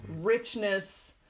richness